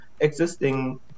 existing